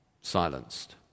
silenced